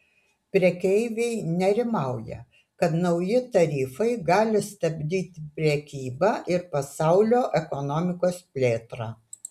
prekeiviai nerimauja kad nauji tarifai gali stabdyti prekybą ir pasaulio ekonomikos plėtrą